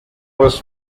was